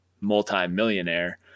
multi-millionaire